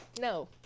No